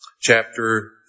chapter